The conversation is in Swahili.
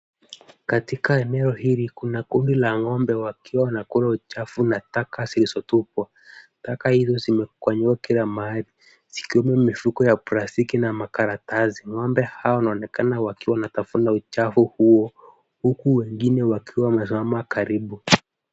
Katika eneo hili, kuna kumbi la ng'ombe wakiwa wanakula uchafu na taka zilizotupwa. Taka hizo zime kusanywa kila mahali zikiwemo mifuko ya plastiki na karatasi. Ng'ombe hao wanaonekana wakiwa wanatafuna uchafu huo, huku wengine wakiwa wamesimama karibu.